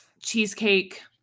cheesecake